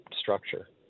structure